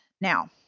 Now